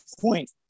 point